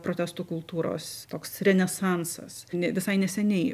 protesto kultūros toks renesansas e visai neseniai